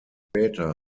später